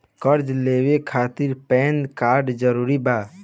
कर्जा लेवे खातिर पैन कार्ड जरूरी बा?